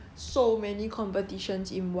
not really that hard I feel